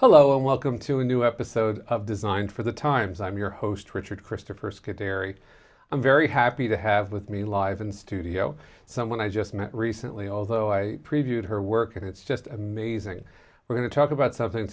hello and welcome to a new episode of design for the times i'm your host richard christopher's kaderi i'm very happy to have with me live in studio someone i just met recently although i previewed her work and it's just amazing we're going to talk about something